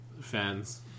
fans